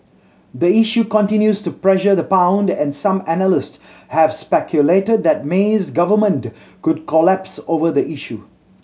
the issue continues to pressure the pound and some analysts have speculated that May's government could collapse over the issue